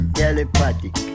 telepathic